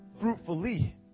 fruitfully